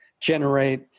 generate